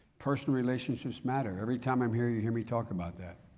personal relationships matter. every time i'm here you hear me talk about that.